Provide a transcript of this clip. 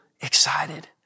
excited